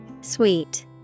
Sweet